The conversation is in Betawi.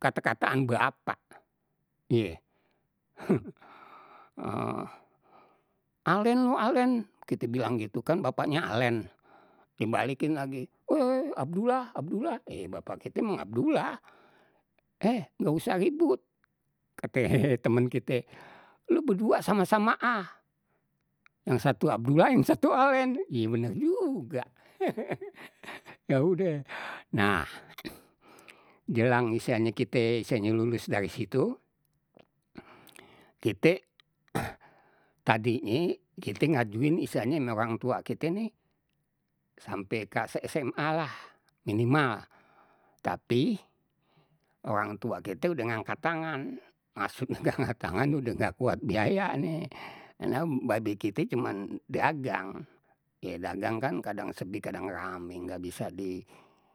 kata-kataan bapak, iye alen lu alen, kan bapaknya alen dibalikin lagi oe abdullah abdullah bapak kite mang abdullah, eh nggak usah ribut kate temen kite, lu berdua sama-sama ah yang satu abdullah yang satu alen, ya bener juga ya udeh nah jelang istilahnye kite istilahnye lulus dari situ, kite tadinye kite ngajuin istilahnye ama orang tua kite nih sampai ka se SMA lah minimal, tapi orang tua kite udah ngangkat tangan maksudnya angkat tangan tuh udah nggak kuat dibiayanye, karna babe kite cuman dagang, ya dagang kan kadang sepi kadang rame nggak bisa di.